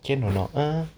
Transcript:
can or not !huh!